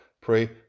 pray